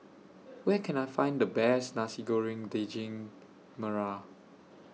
Where Can I Find The Best Nasi Goreng Daging Merah